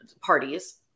parties